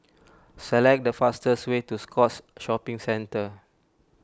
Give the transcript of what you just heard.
select the fastest way to Scotts Shopping Centre